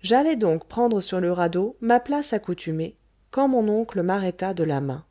j'allais donc prendre sur le radeau ma place accoutumée quand mon oncle m'arrêta de la main